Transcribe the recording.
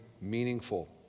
meaningful